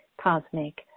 cosmic